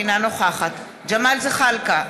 אינה נוכחת ג'מאל זחאלקה,